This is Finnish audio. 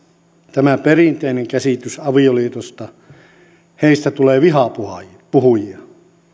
tämä perinteinen käsitys avioliitosta tulee vihapuhujia